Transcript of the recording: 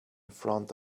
front